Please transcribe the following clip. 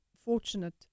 fortunate